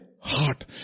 heart